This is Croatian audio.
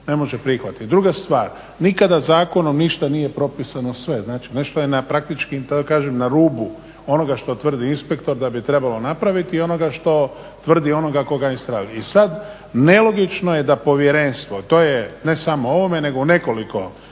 ne može prihvatiti. Druga stvar, nikada zakonom ništa nije propisano sve. Znači nešto je na rubu onoga što tvrdi inspektor da bi trebalo napraviti i onoga što tvrdi onoga koga … I sada nelogično je da povjerenstvo to je ne samo u ovome nego u nekoliko